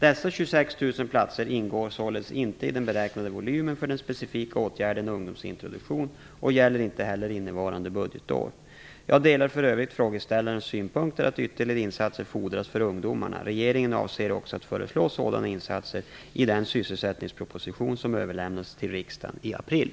Dessa 26 000 platser ingår således inte i den beräknade volymen för den specifika åtgärden ungdomsintroduktion och gäller inte heller innevarande budgetår. Jag delar för övrigt frågeställarens synpunkter att ytterligare insatser fordras för ungdomarna. Regeringen avser också att föreslå sådana insatser i den sysselsättningsproposition som överlämnas till riksdagen i april.